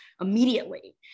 immediately